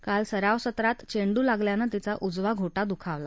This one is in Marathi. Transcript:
काल सराव सत्रात चेंडू लागल्यानं तिचा उजवा घोटा दुखावला